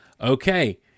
okay